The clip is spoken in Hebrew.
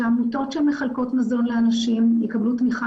שהעמותות שמחלקות מזון לאנשים יקבלו תמיכה